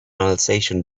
alsatian